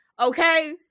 Okay